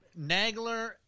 Nagler